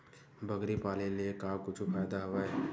बकरी पाले ले का कुछु फ़ायदा हवय?